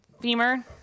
femur